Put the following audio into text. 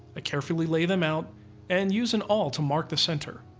ah carefully lay them out and use an awl to mark the center.